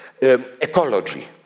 ecology